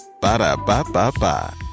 Ba-da-ba-ba-ba